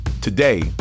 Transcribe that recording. Today